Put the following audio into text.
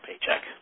paycheck